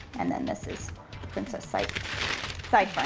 and then this is princess side side